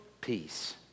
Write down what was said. peace